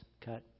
cut